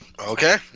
Okay